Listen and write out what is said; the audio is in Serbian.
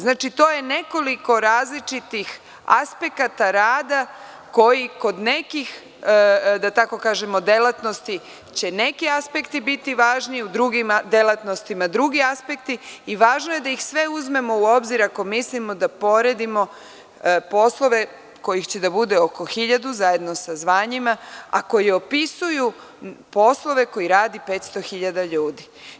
Znači, to je nekoliko različitih aspekata rada koji kod nekih, da tako kažemo, delatnosti će neki aspekti biti važni, u drugim delatnostima drugi aspekti i važno je da ih sve uzmemo u obzir, ako mislimo da poredimo poslove kojih će da bude oko 1.000, zajedno sa zvanjima, a koji opisuju poslove koji radi 500.000 ljudi.